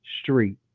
street